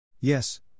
Yes